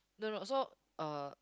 no no so uh